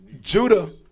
Judah